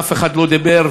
ואף אחד לא דיבר,